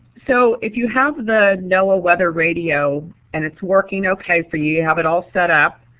so if you have the noaa weather radio and it's working okay for you, you have it all set up,